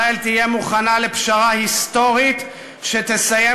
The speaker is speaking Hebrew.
ישראל תהיה מוכנה לפשרה היסטורית שתסיים